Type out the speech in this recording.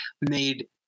made